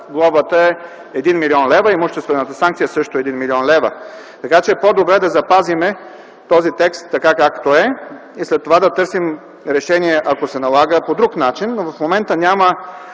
глобата е от 1 млн. лв., имуществената санкция също е 1 млн. лв., така че е по-добре да запазим този текст, така както е, и след това да търсим решение, ако се налага, по друг начин. В момента няма